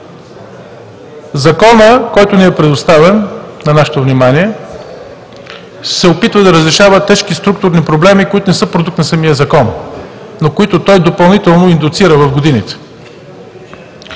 Законът, който е предоставен на нашето внимание, се опитва да разрешава тежки структурни проблеми, които не са продукт на самия закон, но които той допълнително индуцира в годините.